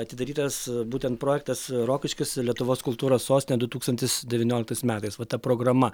atidarytas būtent projektas rokiškis lietuvos kultūros sostinė du tūkstantis devynioliktais metais va ta programa